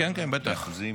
כמה זה באחוזים,